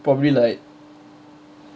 probably like